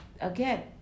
again